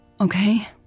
Okay